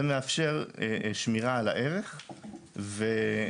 זה מאפשר שמירה על הערך ומשחק.